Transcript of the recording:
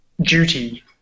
duty